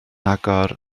agor